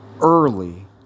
Early